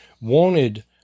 wanted